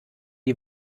die